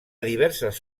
diverses